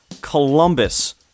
Columbus